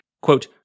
Quote